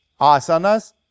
asanas